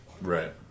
Right